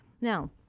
Now